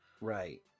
Right